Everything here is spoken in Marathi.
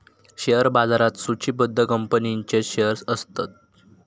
शेअर बाजारात सुचिबद्ध कंपनींचेच शेअर्स असतत